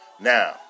Now